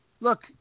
Look